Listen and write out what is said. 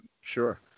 Sure